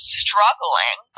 struggling